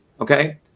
okay